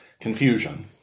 confusion